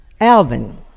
Alvin